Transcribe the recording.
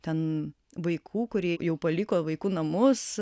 ten vaikų kurie jau paliko vaikų namus